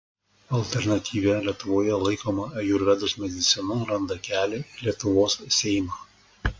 alternatyvia lietuvoje laikoma ajurvedos medicina randa kelią į lietuvos seimą